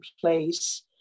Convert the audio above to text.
place